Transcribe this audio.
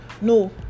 No